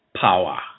power